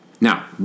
Now